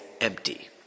empty